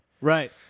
Right